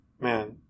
man